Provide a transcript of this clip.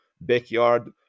backyard